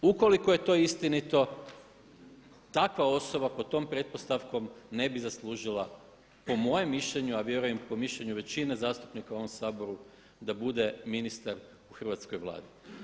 Ukoliko je to istinito, takva osoba pod tom pretpostavkom ne bi zaslužila po mojem mišljenju, a vjerujem i po mišljenju većine zastupnike u ovom Saboru, da bude ministar u hrvatskoj Vladi.